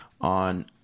on